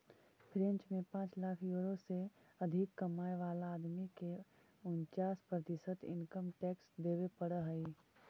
French में पाँच lakh euro से अधिक कमाय वाला आदमी के उन्चास प्रतिशत इनकम टैक्स देवे पड़ऽ हई